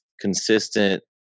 consistent –